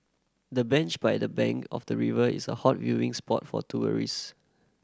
the bench by the bank of the river is a hot viewing spot for tourists